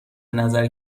نظر